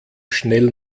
schnell